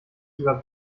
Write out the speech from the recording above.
über